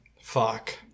Fuck